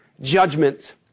Judgment